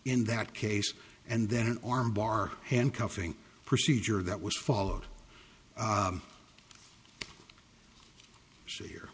in that case and then an arm bar handcuffing procedure that was followed see here